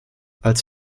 als